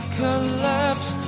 collapse